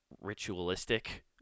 ritualistic